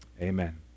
Amen